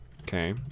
okay